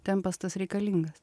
tempas tas reikalingas